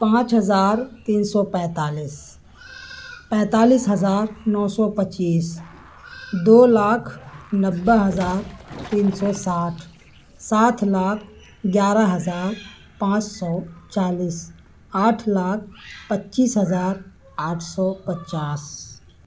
پانچ ہزار تین سو پینتالیس پینتالیس ہزار نو سو پچیس دو لاکھ نوے ہزار تین سو ساٹھ سات لاکھ گیارہ ہزار پانچ سو چالیس آٹھ لاکھ پچیس ہزار آٹھ سو پچاس